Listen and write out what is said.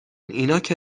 اینا، که